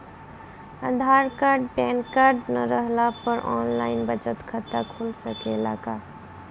आधार card pan card न रहला पर आन लाइन बचत खाता खुल सकेला का?